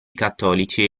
cattolici